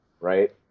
right